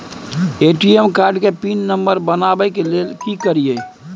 ATM card के pin number बनाबै के लेल की करिए?